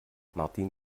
martin